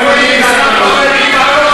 אנחנו נמתין בסבלנות.